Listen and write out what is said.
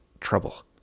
trouble